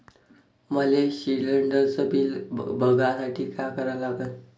मले शिलिंडरचं बिल बघसाठी का करा लागन?